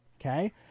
Okay